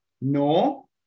no